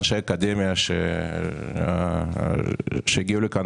אנשי האקדמיה שהגיעו לכאן.